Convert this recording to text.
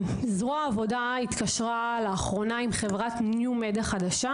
זרוע העבודה התקשרה לאחרונה עם חברת ניו-מד החדשה